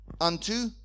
unto